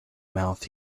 mouth